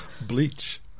Bleach